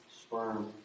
sperm